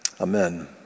Amen